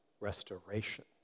restoration